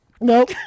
Nope